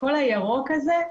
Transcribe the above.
כל הירוק הזה,